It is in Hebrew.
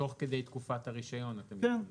תוך כדי תקופת הרישיון אתה מתכוון.